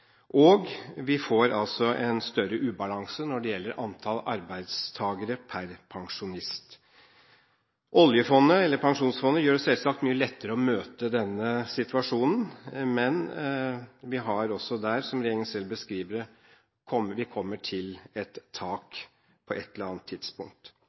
og vi får altså en større ubalanse når det gjelder antall arbeidstakere per pensjonist. Oljefondet eller pensjonsfondet gjør det selvsagt mye lettere å møte denne situasjonen, men også der – som regjeringen selv beskriver det – kommer vi til et tak på et eller annet tidspunkt.